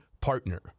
partner